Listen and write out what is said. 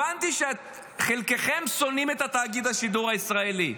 הבנתי שחלקכם שונאים את תאגיד השידור הישראלי,